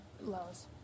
lows